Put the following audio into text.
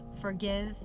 forgive